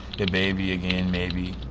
dababy again, maybe,